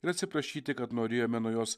ir atsiprašyti kad norėjome nuo jos